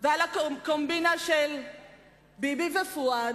ועל הקומבינה של ביבי ופואד,